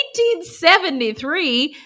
1873